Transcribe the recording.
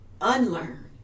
unlearn